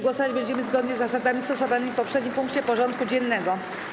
Głosować będziemy zgodnie z zasadami stosowanymi w poprzednim punkcie porządku dziennego.